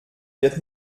wird